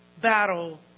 battle